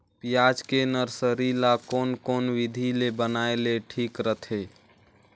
पियाज के नर्सरी ला कोन कोन विधि ले बनाय ले ठीक रथे?